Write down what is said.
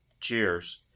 Cheers